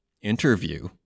interview